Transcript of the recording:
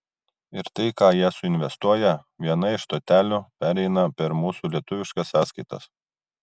ir tai ką jie suinvestuoja viena iš stotelių pereina per mūsų lietuviškas sąskaitas